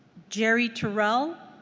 jerry terrill?